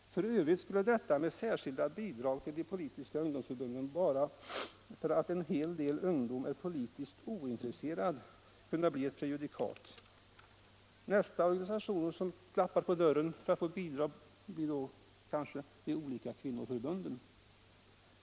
F. ö. skulle detta med särskilt bidrag till de politiska förbunden bara för att en del ungdom är politiskt ointresserad kunna bli ett prejudikat. Nästa organisation som klappar på dörren för att få bidrag blir kanske de olika kvinnoförbunden.